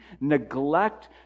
neglect